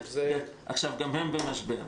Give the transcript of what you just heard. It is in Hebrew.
עכשיו גם הן במשבר.